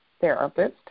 therapist